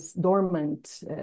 dormant